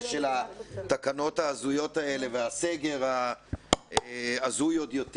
של התקנות ההזויות האלה והסגר ההזוי עוד יותר.